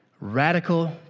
radical